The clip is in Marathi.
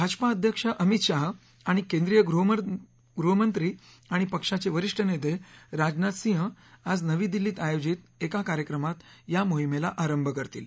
भाजपा अध्यक्ष अमित शाह आणि केंद्रीय गृहमंत्री आणि पक्षाचे वरिष्ठ नेते राजनाथ सिंह आज नवी दिल्लीत आयोजित एका कार्यक्रमात या मोहिमेला आरंभ करतील